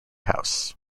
house